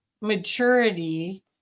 maturity